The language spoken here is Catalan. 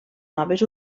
noves